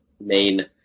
main